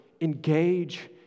engage